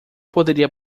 poderia